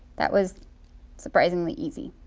that was surprisingly easy.